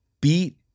beat